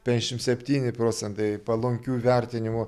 penkiasdešimt septyni procentai palankių vertinimų